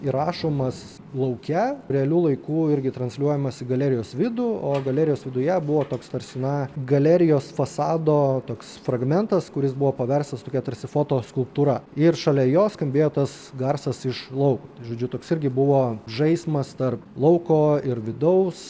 įrašomas lauke realiu laiku irgi transliuojamas į galerijos vidų o galerijos viduje buvo toks tarsi na galerijos fasado toks fragmentas kuris buvo paverstas tokia tarsi fotoskulptūra ir šalia jo skambėjo tas garsas iš lauko žodžiu toks irgi buvo žaismas tarp lauko ir vidaus